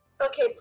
Okay